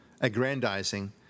aggrandizing